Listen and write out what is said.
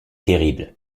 terrible